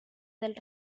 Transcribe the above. del